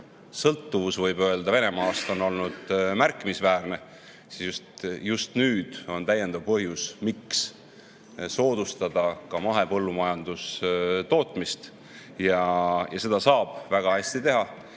sõltuvus Venemaast on olnud, võib öelda, märkimisväärne, siis just nüüd on täiendav põhjus, miks soodustada ka mahepõllumajandustootmist. Seda saab väga hästi teha,